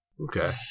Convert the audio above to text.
Okay